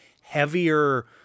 heavier